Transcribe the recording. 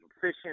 fishing